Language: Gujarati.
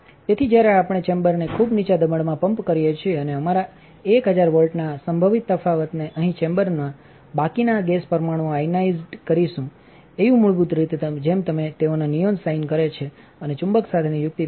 તેથી જ્યારે આપણેચેમ્બરને ખૂબ નીચા દબાણમાંપમ્પ કરીએ છીએઅને અમારા 1000 વોલ્ટના સંભવિત તફાવતને અહીં ચેમ્બરમાં બાકીના ગેસ પરમાણુઓ આયનાઇઝ કરીશુંએયુમૂળભૂત રીતે જેમ તેઓ નિયોન સાઇન કરે છે અને ચુંબક સાથેની યુક્તિ તે છે